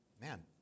man